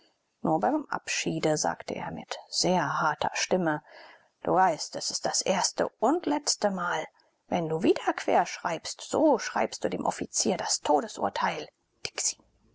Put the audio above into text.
nur beim abschiede sagte er mit sehr harter stimme du weißt es ist das erste und letzte mal wenn du wieder querschreibst so schreibst du dem offizier das todesurteil